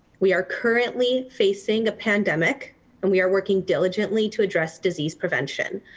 we are currently facing a pandemic and we are working diligently to address disease prevention.